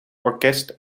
orkest